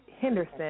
Henderson